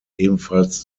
ebenfalls